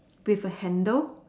there's a handle